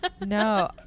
No